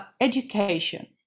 education